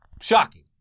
shocking